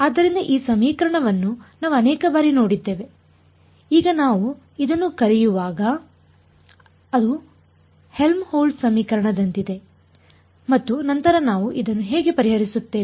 ಆದ್ದರಿಂದ ಈ ಸಮೀಕರಣವನ್ನು ನಾವು ಅನೇಕ ಬಾರಿ ನೋಡಿದ್ದೇವೆಈಗ ನಾವು ಇದನ್ನು ಕರೆಯುವಾಗ ಅದು ಹೆಲ್ಮ್ಹೋಲ್ಟ್ಜ್ ಸಮೀಕರಣದಂತಿದೆ ಮತ್ತು ನಂತರ ನಾವು ಇದನ್ನು ಹೇಗೆ ಪರಿಹರಿಸುತ್ತೇವೆ